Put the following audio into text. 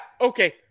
Okay